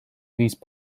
these